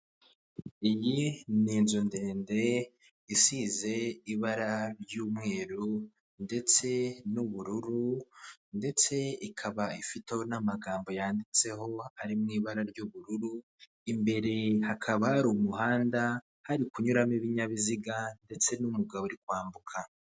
Iyi ni inzu ndende isize ibara ry'umweru ndetse n'ubururu ndetse ikaba ifiteho n'amagambo yanditseho ari mu ibara ry'ubururu. Imbere hakaba hari umuhanda hari kunyuramo ibinyabiziga ndetse n'umugabo uri kwambuka.